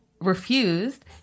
refused